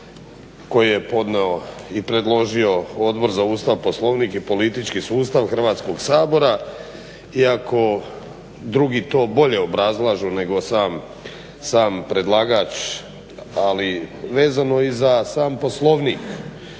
koji je podnio i predložio Odbor za Ustav, Poslovnik i politički sustav Hrvatskog sabora. Iako drugi to bolje obrazlažu nego sam predlagač, ali vezano i za sam Poslovnik.